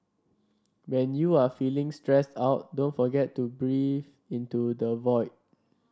when you are feeling stressed out don't forget to breathe into the void